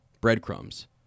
breadcrumbs